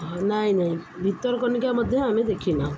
ନାଇଁ ନାଇଁ ଭତରକନିକା ମଧ୍ୟ ଆମେ ଦେଖିନାହୁ